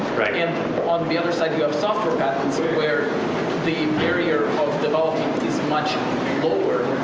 on the the other side you have software patents, where the barrier of developing is much lower.